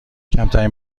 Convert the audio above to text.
کمترین